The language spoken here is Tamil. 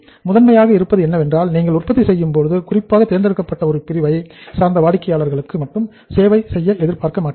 முதன்மையாக இருப்பது என்னவென்றால் நீங்கள் உற்பத்தி செய்யும் போது குறிப்பாக தேர்ந்தெடுக்கப்பட்ட ஒரு பிரிவை சார்ந்த வாடிக்கையாளர்களுக்கு மட்டும் சேவை செய்ய எதிர்பார்க்க மாட்டீர்கள்